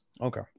Okay